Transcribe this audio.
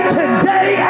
today